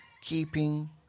keeping